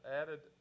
added